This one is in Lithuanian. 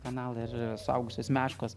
kanalą ir suaugusios meškos